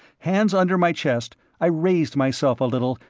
hands under my chest, i raised myself a little,